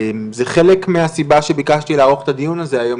זה חלק מהסיבה שביקשתי לערוך את הדיון הזה היום,